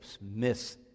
miss